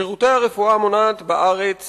שירותי הרפואה המונעת בארץ